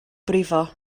brifo